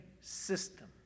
system